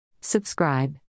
Subscribe